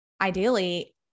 ideally